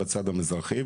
בצד המזרחי,